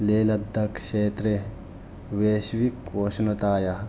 लेह्लद्दाक्क्षेत्रे विश्वि उष्णतायाः